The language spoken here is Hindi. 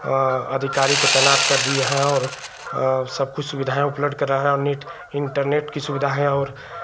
अधिकारी को तैनात कर दिए हैं और सबकुछ सुविधाएँ उपलब्ध कराए हैं नेट इन्टरनेट की सुविधा है और